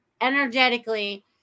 energetically